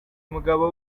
mugabo